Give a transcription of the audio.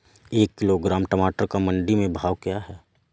एक किलोग्राम टमाटर का मंडी में भाव क्या है?